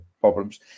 problems